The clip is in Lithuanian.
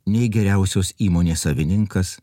nei geriausios įmonės savininkas